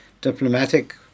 diplomatic